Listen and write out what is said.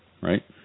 Right